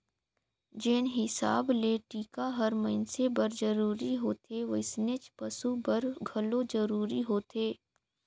जेन हिसाब ले टिका हर मइनसे बर जरूरी होथे वइसनेच पसु बर घलो जरूरी होथे